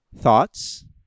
Thoughts